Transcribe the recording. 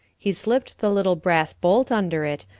he slipped the little brass bolt under it,